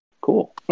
cool